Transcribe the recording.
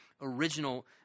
original